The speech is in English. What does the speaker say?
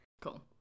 Cool